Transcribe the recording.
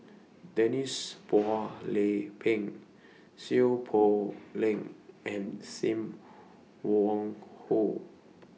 Denise Phua Lay Peng Seow Poh Leng and SIM Wong Hoo